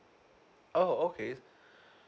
oh okay